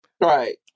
Right